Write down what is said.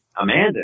Amanda